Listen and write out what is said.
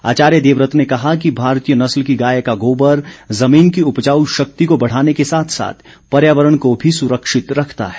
आचार्य देववत ने कहा कि भारतीय नस्ल की गाय का गोबर जमीन की उपजाऊ शक्ति को बढ़ाने के साथ साथ पर्यावरण को भी सुरक्षित रखता है